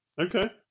Okay